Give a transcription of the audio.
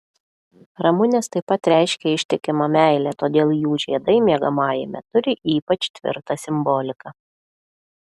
ramunės taip pat reiškia ištikimą meilę todėl jų žiedai miegamajame turi ypač tvirtą simboliką